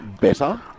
better